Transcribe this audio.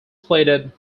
pleaded